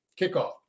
kickoff